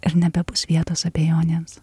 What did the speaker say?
ir nebebus vietos abejonėms